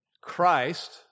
Christ